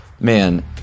man